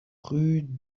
rue